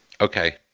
Okay